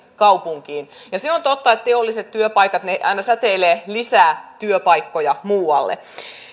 kaupunkiin ja se on totta että teolliset työpaikat aina säteilevät lisää työpaikkoja muualle